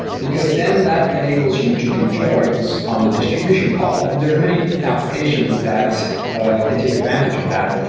because then that enables you to do drawings on the distribution column, and there's many applications that can take advantage of that.